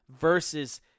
versus